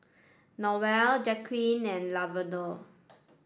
Noelle Jaqueline and Lavonda